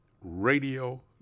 Radio